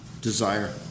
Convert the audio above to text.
desire